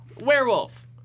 Werewolf